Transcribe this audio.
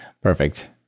perfect